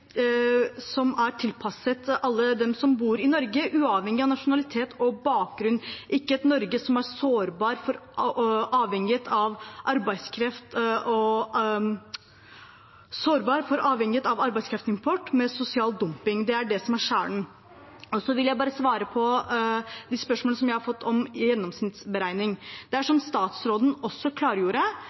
som er tilpasset alle som bor i Norge, uavhengig av nasjonalitet og bakgrunn – ikke et Norge som er sårbart for avhengighet av arbeidskraftimport med sosial dumping. Det er det som er kjernen. Jeg vil svare på et spørsmål jeg har fått om gjennomsnittsberegning. Som statsråden klargjorde,